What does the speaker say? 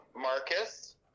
Marcus